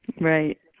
Right